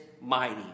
mighty